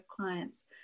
clients